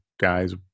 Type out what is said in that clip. guys